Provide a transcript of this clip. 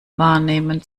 wahrnehmen